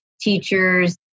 teachers